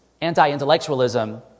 anti-intellectualism